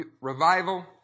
revival